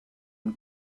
une